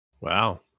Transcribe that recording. Wow